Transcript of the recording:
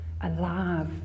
alive